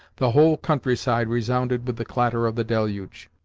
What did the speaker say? the whole countryside resounded with the clatter of the deluge.